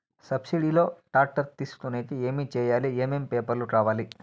Subsidy లో tractor తీసుకొనేకి ఏమి చేయాలి? ఏమేమి పేపర్లు కావాలి?